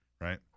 right